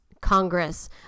Congress